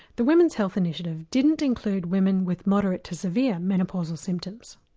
the women's health initiative didn't include women with moderate to severe menopausal symptoms.